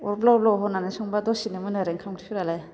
अर ब्लाउ ब्लाउ होनानै संबा दसेनो मोनो आरो ओंखाम ओंख्रिफोरालाय